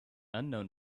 unknown